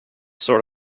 sort